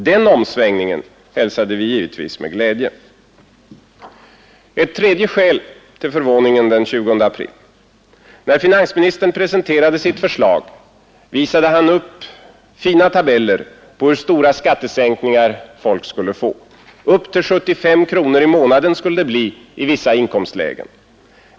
Den omsvängningen hälsade vi givetvis med glädje. Ett tredje skäl till förvåningen den 20 april: När finansministern presenterade sitt förslag visade han upp fina tabeller på hur stora skattesänkningar folk skulle få. Upp till 75 kronor i månaden skulle det bli i vissa inkomstlägen.